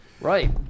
Right